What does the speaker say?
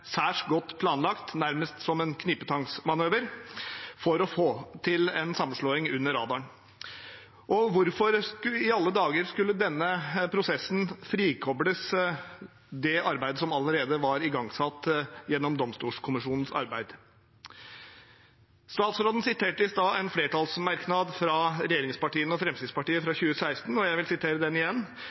særs godt planlagt, nærmest som en knipetangsmanøver, for å få til en sammenslåing under radaren. Hvorfor i alle dager skulle denne prosessen frikobles det arbeidet som allerede var igangsatt gjennom Domstolkommisjonens arbeid? Statsråden siterte i stad en flertallsmerknad fra regjeringspartiene og Fremskrittspartiet fra 2016, og jeg vil sitere den igjen: